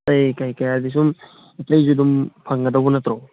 ꯑꯇꯩ ꯀꯩꯀ ꯍꯥꯏꯗꯤ ꯁꯨꯝ ꯑꯇꯩꯁꯨ ꯑꯗꯨꯝ ꯐꯪꯒꯗꯧꯕ ꯅꯠꯇ꯭ꯔꯣ